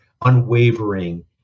unwavering